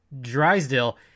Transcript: Drysdale